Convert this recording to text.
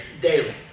daily